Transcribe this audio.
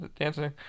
dancing